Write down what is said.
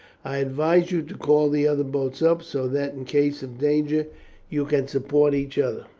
i advise you to call the other boats up so that in case of danger you can support each other.